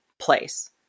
place